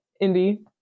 Indy